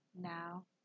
now